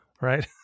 right